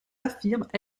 affirment